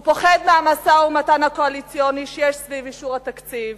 הוא פוחד מהמשא-ומתן הקואליציוני שיש סביב אישור התקציב.